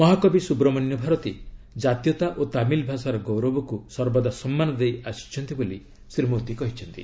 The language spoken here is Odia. ମହାକବି ସୁବମଣ୍ୟ ଭାରତୀ କାତୀୟତା ଓ ତାମିଲ୍ ଭାଷାର ଗୌରବକୁ ସର୍ବଦା ସମ୍ମାନ ଦେଇ ଆସିଛନ୍ତି ବୋଲି ଶ୍ରୀ ମୋଦୀ କହିଛନ୍ତି